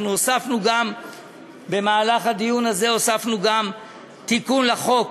אנחנו הוספנו גם בדיון הזה תיקון לחוק